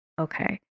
Okay